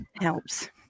Helps